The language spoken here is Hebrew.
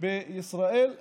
בישראל כיום,